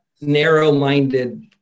narrow-minded